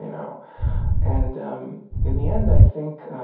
you know and um in the end, i think